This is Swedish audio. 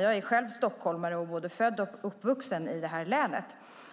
Jag är själv stockholmare och både född och uppvuxen i detta län,